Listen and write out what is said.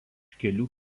kelių